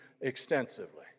extensively